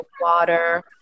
water